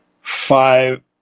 five